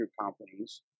companies